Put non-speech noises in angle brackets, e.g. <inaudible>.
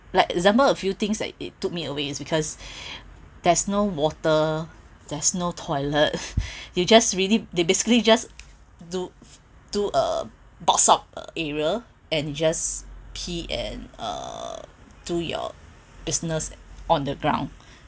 like example a few things that it took me away is because there's no water there's no toilets <laughs> you just really they basically just do do uh box of uh area and you just pee and uh do your business on the ground